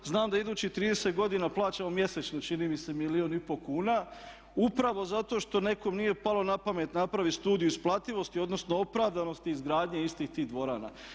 Znam da idućih 30 godina plaćamo mjesečno čini mi se milijun i pol kuna upravo zato što nekom nije palo na pamet napraviti studiju isplativosti odnosno opravdanosti izgradnje istih tih dvorana.